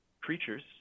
creatures